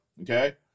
Okay